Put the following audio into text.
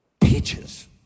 peaches